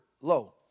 low